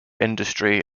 industry